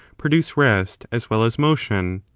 produce rest, as well as motion?